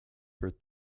for